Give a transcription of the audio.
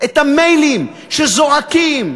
את המיילים שזועקים,